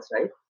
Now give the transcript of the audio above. right